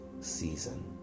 Season